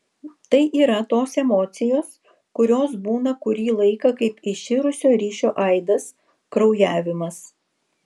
tai yra tos emocijos kurios būna kurį laiką kaip iširusio ryšio aidas kraujavimas